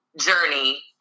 journey